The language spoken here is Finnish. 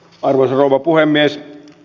arvoisa rouva puhemies